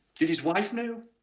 did his wife know?